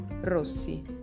rossi